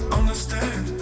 understand